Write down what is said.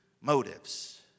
Motives